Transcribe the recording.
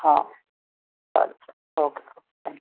हां चालेल चालेल ओके थँक